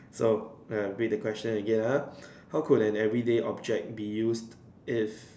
so I read the question again ah how could an everyday object be used if